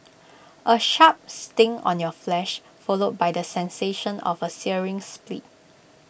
A sharp sting on your flesh followed by the sensation of A searing split